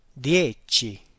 Dieci